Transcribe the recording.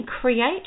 create